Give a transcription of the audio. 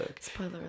Spoiler